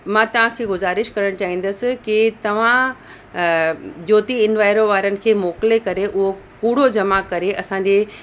मां तव्हांखे गुज़ारिश करणु चाहींदसि कि तव्हां ज्योति इंवायरो वारनि खे मोकिले करे उहो कूड़ो जमा करे असांजे